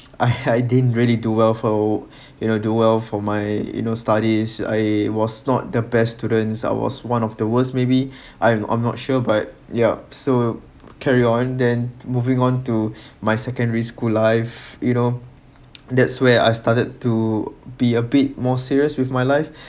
I didn't really do well for you know do well for my you know studies I was not the best students I was one of the worst maybe I'm I'm not sure but yup so carry on then moving on to my secondary school life you know that's where I started to be a bit more serious with my life